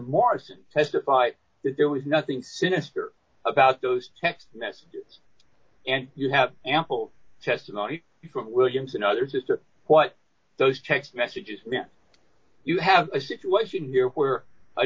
morrison testified that there was nothing sinister about those text messages and you have ample testimony from williams another sister what those text messages you have a situation here where i